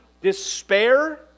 despair